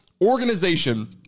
organization